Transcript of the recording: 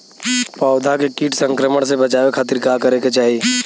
पौधा के कीट संक्रमण से बचावे खातिर का करे के चाहीं?